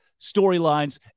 storylines